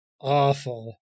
awful